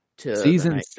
Season